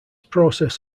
process